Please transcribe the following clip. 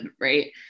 right